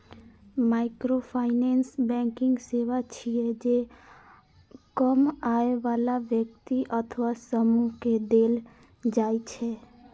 microfinance banking सेवा छियै, जे कम आय बला व्यक्ति अथवा समूह कें देल जाइ छै